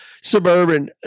suburban